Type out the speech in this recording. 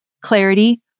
clarity